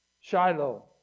Shiloh